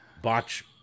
botch